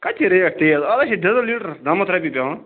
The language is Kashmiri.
کَتہِ چھِ ریٹ تیز اَز ہَے چھِ ڈیزَل لیٖٹَر نَممَتھ رۄپیہِ پٮ۪وان